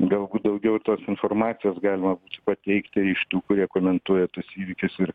galbūt daugiau tos informacijos galima būtų pateikti iš tų kurie komentuoja tuos įvykius ir